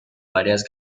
varias